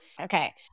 Okay